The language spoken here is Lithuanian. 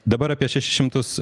dabar apie šešis šimtus